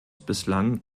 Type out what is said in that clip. bislang